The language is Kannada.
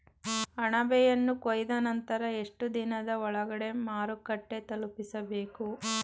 ಅಣಬೆಯನ್ನು ಕೊಯ್ದ ನಂತರ ಎಷ್ಟುದಿನದ ಒಳಗಡೆ ಮಾರುಕಟ್ಟೆ ತಲುಪಿಸಬೇಕು?